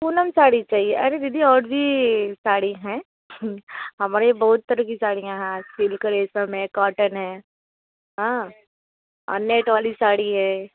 पूनम साड़ी चाहिए अरे दीदी और भी साड़ी हैं हमारे यहाँ बहुत तरह की साड़ियाँ हाँ सिल्क रेशम है कॉटन है हाँ और नेट वाली साड़ी है